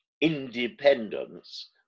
independence